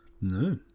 No